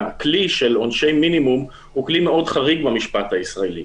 שהכלי של עונשי מינימום הוא כלי מאוד חריג במשפט הישראלי.